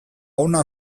ona